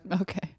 okay